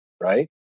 right